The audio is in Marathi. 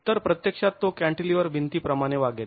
तर प्रत्यक्षात तो कॅंटीलिव्हर भिंतीप्रमाणे वागेल